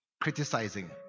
criticizing